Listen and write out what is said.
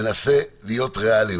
מנסה להיות ריאלי,